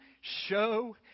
show